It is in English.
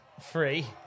free